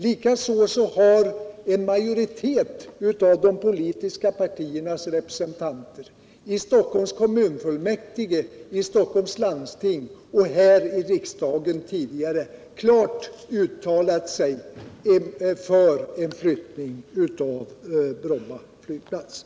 Likaså har en majoritet av de politiska partiernas representanter i Stockholms kommunfullmäktige, i Stockholms läns landsting och här i riksdagen tidigare klart uttalat sig för en flyttning av flyget från Bromma.